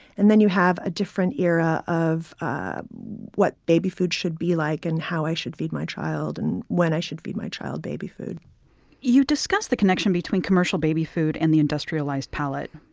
and then you have a different era of ah what baby food should be, like and how i should feed my child and when i should feed my child baby food you discussed the connection between commercial baby food and the industrialized palate.